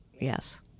Yes